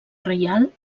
reial